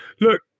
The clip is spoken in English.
Look